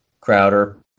Crowder